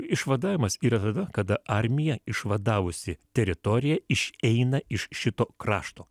išvadavimas yra tada kada armija išvadavusi teritoriją išeina iš šito krašto